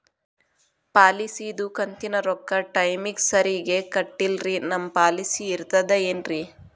ಪಾಲಿಸಿದು ಕಂತಿನ ರೊಕ್ಕ ಟೈಮಿಗ್ ಸರಿಗೆ ಕಟ್ಟಿಲ್ರಿ ನಮ್ ಪಾಲಿಸಿ ಇರ್ತದ ಏನ್ರಿ?